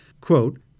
quote